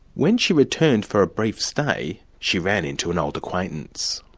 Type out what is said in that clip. when she returned for a brief stay, she ran into an old acquaintance.